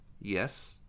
Yes